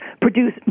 produce